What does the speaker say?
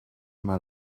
mal